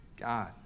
God